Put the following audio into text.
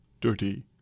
dirty